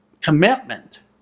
commitment